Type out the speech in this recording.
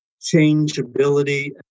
changeability